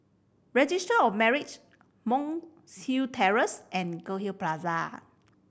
Registry of Marriage Monk's Hill Terrace and Goldhill Plaza